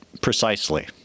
Precisely